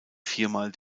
viermal